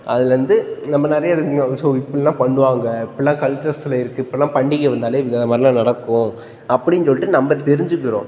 அதில் இருந்து நம்ம நிறைய தெரிஞ்சுக்கலாம் ஸோ இப்படில்லாம் பண்ணுவாங்க இப்படில்லாம் கல்ச்சர்ல இருக்குது இப்போல்லாம் பண்டிகை வந்தாலே இந்த மாதிரிலாம் நடக்கும் அப்படின்னு சொல்லிட்டு நம்ம தெரிஞ்சுக்கிறோம்